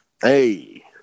Hey